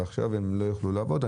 ועכשיו הם לא יוכלו לעבוד.